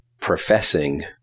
professing